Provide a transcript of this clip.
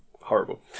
horrible